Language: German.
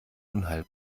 unheil